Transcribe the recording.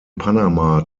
panama